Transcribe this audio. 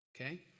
okay